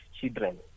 children